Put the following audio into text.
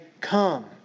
Come